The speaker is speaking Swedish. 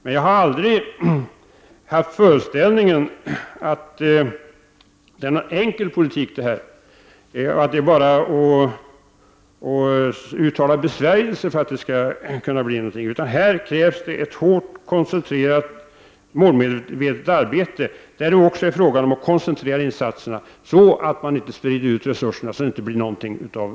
Men jag har aldrig haft föreställningen att det är fråga om någon enkel politik och att det räcker med att uttala besvärjelser för att det skall kunna bli någonting. I detta sammanhang krävs det ett hårt, koncentrerat och målmedvetet arbete som också handlar om att man koncentrerar insatserna så att resurserna inte sprids ut på ett sådant sätt att det inte blir något alls av.